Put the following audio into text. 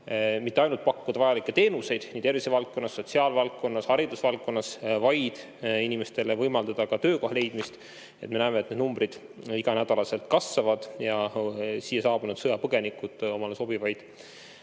mitte ainult pakkuda vajalikke teenuseid tervisevaldkonnas, sotsiaalvaldkonnas ja haridusvaldkonnas, vaid inimestele võimaldada ka töökoha leidmist. Me näeme, et need numbrid igal nädalal kasvavad ja siia saabunud sõjapõgenikud omale sobivaid